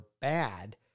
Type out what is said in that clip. bad